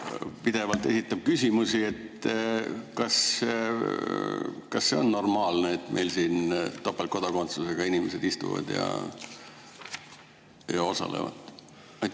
pidevalt esitab küsimusi. Kas see on normaalne, et meil siin topeltkodakondsusega inimesed istuvad ja osalevad?